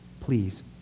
Please